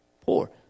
poor